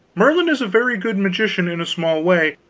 merlin is a very good magician in a small way,